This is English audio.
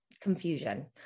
confusion